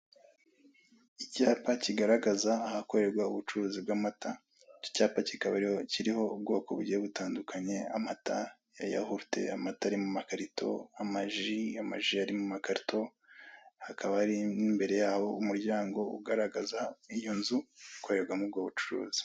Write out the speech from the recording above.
Icyapa kigaragaza ahakorerwa ubucuruzi bw'amata, icyo cyapa kikaba kiriho ubwoko bugiye butandukanye, amata ya yawurute, amata ari mu makarito, amaji, amaj ari mu makarito, hakaba hari n'imbere y'aho umuryango ugaragaza iyo nzu ikorerwamo ubwo bucuruzi.